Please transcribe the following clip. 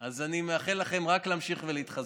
אז אני מאחל לכם רק להמשיך ולהתחזק.